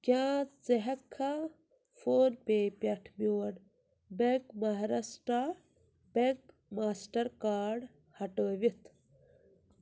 کیٛاہ ژٕ ہٮ۪ککھا فون پے پٮ۪ٹھ میون bank Maharashtra bank Mastercard ہٹٲوِتھ